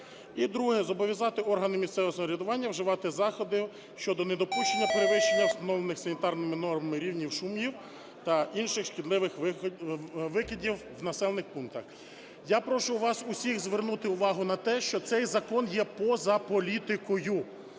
І друге – зобов'язати органи місцевого самоврядування вживати заходи щодо недопущення перевищення встановлених санітарними нормами рівнів шумів та інших шкідливих викидів в населених пунктах. Я прошу вас усіх звернути увагу на те, що цей закон є поза політикою.